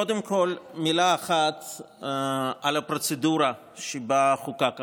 קודם כול מילה אחת על הפרוצדורה שבה חוקק החוק: